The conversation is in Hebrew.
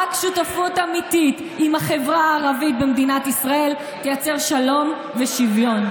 רק שותפות אמיתית עם החברה הערבית במדינת ישראל תייצר שלום ושוויון.